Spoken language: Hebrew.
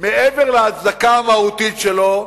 מעבר להצדקה המהותית שלו,